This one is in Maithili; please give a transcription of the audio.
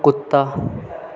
कुत्ता